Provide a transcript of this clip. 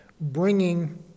bringing